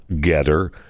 getter